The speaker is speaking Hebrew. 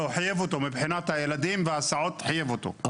מבחינת הילדים וההסעות חייב אותו,